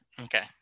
Okay